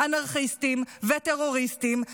אנרכיסטים וטרוריסטים.